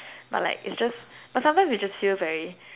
but like it's just but sometimes we just feel very